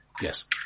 Yes